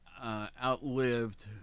outlived